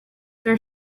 there